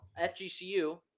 FGCU